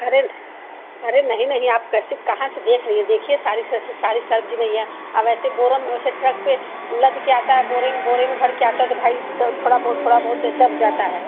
अरे अरे नहीं नहीं आप कैसे कहाँ से देख रही हैं देखिए सारे से सारी सब्ज़ी नहीं है और वैसे बोरों से ट्रक पे लदके आता है बोरे में बोरे में भरके आता है तो भाई द थोड़ा बहुत थोड़ा बहुत दब जाता है